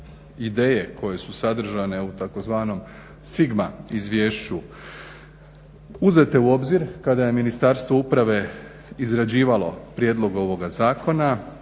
ideje koje su sadržane u tzv. Sigma izvješću uzete u obzir kada je ministarstvo izrađivalo prijedlog ovoga zakona